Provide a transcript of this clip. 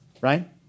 right